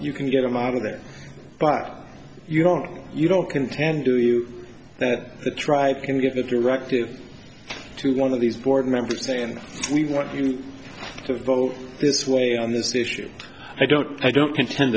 you can get them out of it but you don't you don't contend do you that the dr can get the directive to one of these board members saying we want you to vote this way on this issue i don't i don't contend